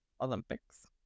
Olympics